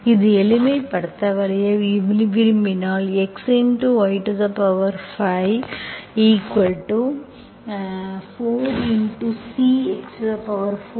எனவே எளிமைப்படுத்தப்பட்ட வழியை விரும்பினால் x y54 C x4 1 4